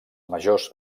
majors